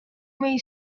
may